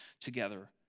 together